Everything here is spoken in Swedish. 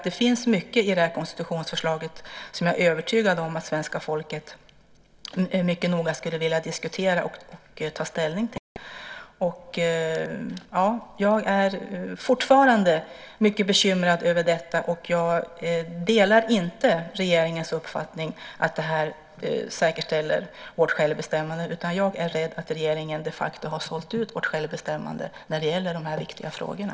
Det finns mycket i konstitutionsförslaget som jag är övertygad om att svenska folket mycket noga skulle vilja diskutera och ta ställning till. Jag är fortfarande mycket bekymrad över detta. Jag delar inte regeringens uppfattning att det här säkerställer vårt självbestämmande. Jag är rädd att regeringen de facto har sålt ut vårt självbestämmande när det gäller de här viktiga frågorna.